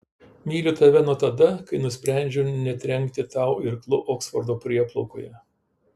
myliu tave nuo tada kai nusprendžiau netrenkti tau irklu oksfordo prieplaukoje